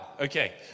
Okay